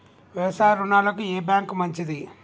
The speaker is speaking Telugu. వ్యవసాయ రుణాలకు ఏ బ్యాంక్ మంచిది?